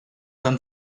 dann